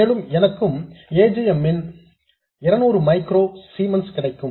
மேலும் எனக்கும் a g m ன் 200 மைக்ரோ சீமன்ஸ் கிடைக்கும்